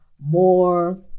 more